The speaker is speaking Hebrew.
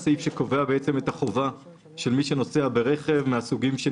על השארתו של